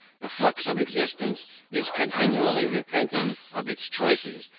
the flux of existence is continually repenting of its choices,